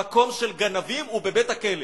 המקום של גנבים הוא בבית-הכלא,